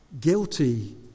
guilty